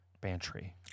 Bantry